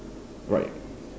right